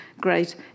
great